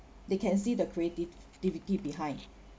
they can see the creativity behind